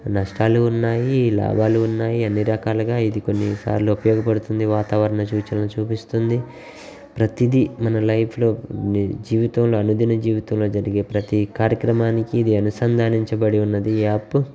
నష్టాలు ఉన్నాయి లాభాలు ఉన్నాయి అన్ని రకాలుగా ఇది కొన్నిసార్లు ఉపయోగపడుతుంది వాతావరణ సూచనలు చూపిస్తుంది ప్రతీది మన లైఫ్లో జీవితంలో అనుదిన జీవితంలో జరిగే ప్రతి కార్యక్రమానికి ఇది అనుసంధానించబడి ఉన్నది ఈ యాప్